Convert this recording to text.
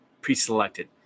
pre-selected